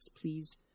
please